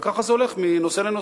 וככה זה הולך מנושא לנושא.